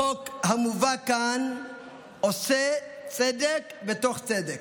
החוק המובא כאן עושה צדק בתוך צדק.